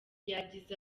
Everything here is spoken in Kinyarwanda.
yagize